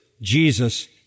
Jesus